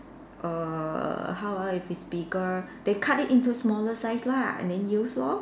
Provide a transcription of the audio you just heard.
err how ah if it's bigger then cut it into smaller size lah and then use lor